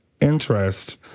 interest